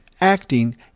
acting